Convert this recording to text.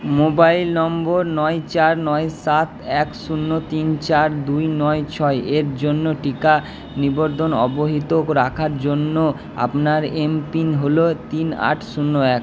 mobile নম্বর নয় চার নয় সাত এক শূন্য তিন চার দুই নয় ছয় এর জন্য টিকা নিবন্ধন অব্যাহত রাখার জন্য আপনার এমপিন হল তিন আট শূন্য এক